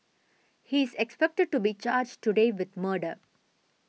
he is expected to be charged today with murder